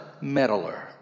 meddler